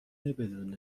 بدون